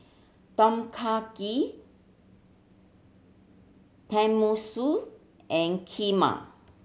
Tom Kha Gai Tenmusu and Kheema